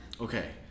okay